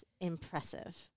impressive